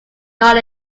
not